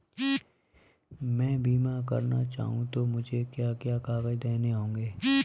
मैं बीमा करना चाहूं तो मुझे क्या क्या कागज़ देने होंगे?